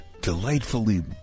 delightfully